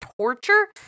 torture